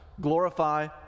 glorify